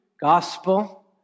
gospel